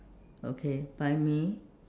okay buy me